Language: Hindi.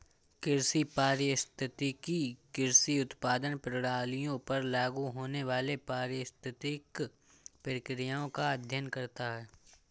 कृषि पारिस्थितिकी कृषि उत्पादन प्रणालियों पर लागू होने वाली पारिस्थितिक प्रक्रियाओं का अध्ययन करता है